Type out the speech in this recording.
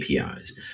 APIs